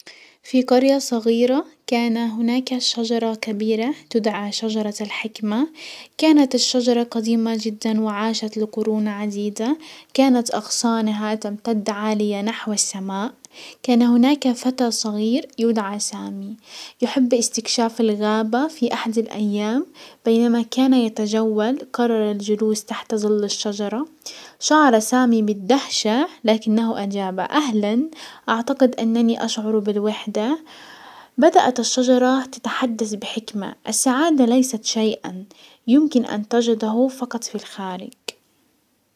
في قرية صغيرة كان هناك شجرة كبيرة تدعى شجرة الحكمة. كانت الشجرة قديمة جدا وعاشت لقرون عديدة. كانت اغصانها تمتد عالية نحو السماء. كان هناك فتى صغير يدعى سامي يحب استكشاف الغابة، في احد الايام، بينما كان يتجول قرر الجلوس تحت ظل الشجرة. شعر سامي بالدهشة، لكنه اجاب اهلا اعتقد انني اشعر بالوحدة. بدأت الشجرة تتحدث بحكمة، السعادة ليس ليست شيئا يمكن ان تجده فقط في الخارج.